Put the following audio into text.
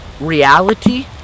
reality